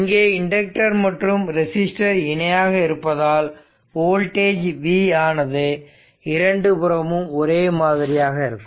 இங்கே இண்டக்டர் மற்றும் ரெசிஸ்டர் இணையாக இருப்பதால் வோல்டேஜ் v ஆனது இரண்டு புறமும் ஒரே மாதிரி இருக்கும்